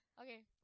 Okay